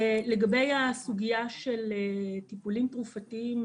לגבי הסוגייה של טיפולים תרופתיים,